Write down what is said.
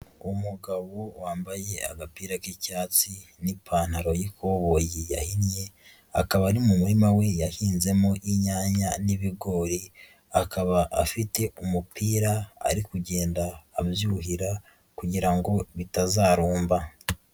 Umugabo wambaye agapira k'icyatsi n'ipantaro y'ihoboyi yahinnye akaba ari mu murima we yahinzemo inyanya n'ibigori, akaba afite umupira ari kugenda abyuhira kugira ngo bitazarumba.